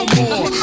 more